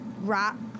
rock